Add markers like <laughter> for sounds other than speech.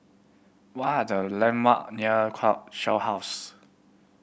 where are the landmark near <unintelligible> Shell House